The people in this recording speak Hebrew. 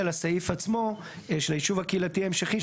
לסעיף עצמו של היישוב הקהילתי המשכי,